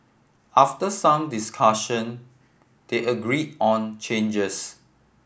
after some discussion they agreed on changes